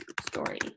story